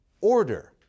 order